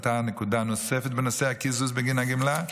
עלתה נקודה נוספת בנושא הקיזוז בגין הגמלה,